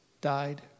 died